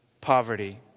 poverty